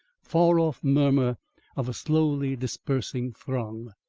far-off murmur of a slowly dispersing throng.